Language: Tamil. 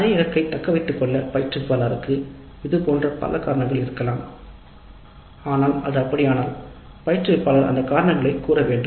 அதே இலக்கைத் தக்க வைத்துக் கொள்ள பயிற்றுவிப்பாளருக்கு இதுபோன்ற சில காரணங்கள் இருக்கலாம் ஆனால் அது அப்படியானால் பயிற்றுவிப்பாளர் அந்த காரணங்களைக் கூற வேண்டும்